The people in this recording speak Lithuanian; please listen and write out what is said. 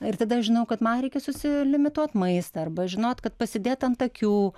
ir tada aš žinau kad man reikia susilimituot maistą arba žinot kad pasidėt ant akių